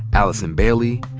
allison bailey,